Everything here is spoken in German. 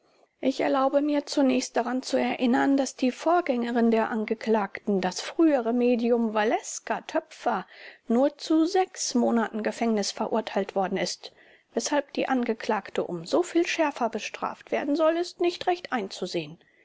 ich erlaube mir zunächst daran zu erinnern daß die vorgängerin der angeklagten das frühere medium valeska töpfer nur zu monaten gefängnis verurteilt worden ist weshalb die angeklagte um soviel schärfer bestraft werden soll ist nicht recht einzusehen